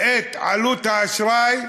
את עלות האשראי,